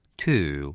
two